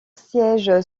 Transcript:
siège